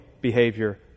behavior